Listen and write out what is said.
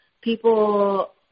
people